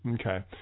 Okay